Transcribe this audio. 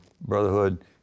brotherhood